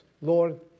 Lord